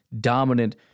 dominant